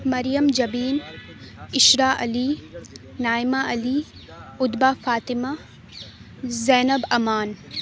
مریم جبین عشرہ علی نائمہ علی ادبا فاطمہ زینب امان